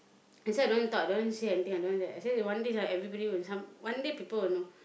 I say I don't want to talk I don't want to say anything I don't want to one day everybody will one day people will know